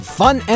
fun